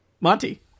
Monty